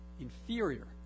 inferior